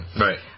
Right